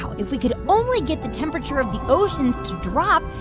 if we could only get the temperature of the oceans to drop,